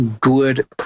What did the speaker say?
good